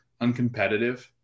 uncompetitive